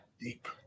Deep